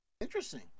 Interesting